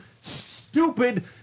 stupid